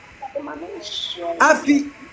Afi